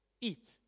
Eat